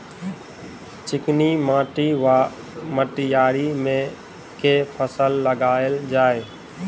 चिकनी माटि वा मटीयारी मे केँ फसल लगाएल जाए?